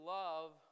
love